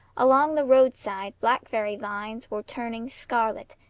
along the roadside blackberry vines were turning scarlet,